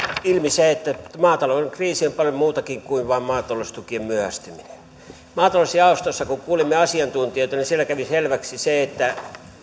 ilmi se että maatalouden kriisi on paljon muutakin kuin vain maataloustukien myöhästyminen kun maatalousjaostossa kuulimme asiantuntijoita niin siellä kävi selväksi se että